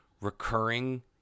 recurring